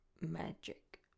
magic